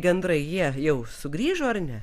gandrai jie jau sugrįžo ar ne